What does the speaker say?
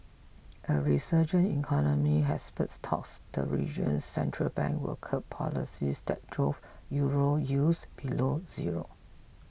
a resurgent economy has spurred talks the region's central bank will curb policies that drove euro yields below zero